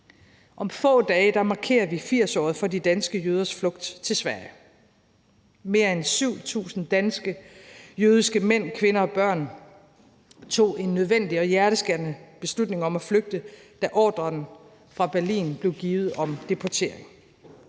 Om få dage markerer vi 80-året for de danske jøders flugt til Sverige. Mere end 7.000 danske jødiske mænd, kvinder og børn tog en nødvendig og hjerteskærende beslutning om at flygte, da ordren fra Berlin blev givet om deportering.